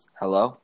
Hello